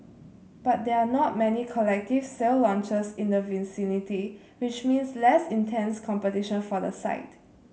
but there are not many collective sale launches in the vicinity which means less intense competition for the site